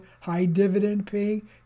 high-dividend-paying